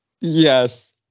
Yes